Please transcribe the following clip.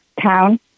town